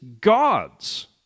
God's